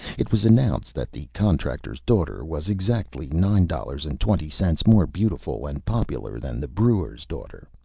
it was announced that the contractor's daughter was exactly nine dollars and twenty cents more beautiful and popular than the brewer's daughter.